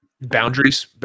boundaries